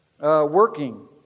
working